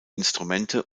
instrumente